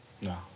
No